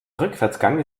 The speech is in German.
rückwärtsgang